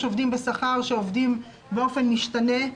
יש עובדים בשכר שעובדים באופן משתנה.